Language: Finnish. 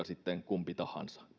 sitten kumpi tahansa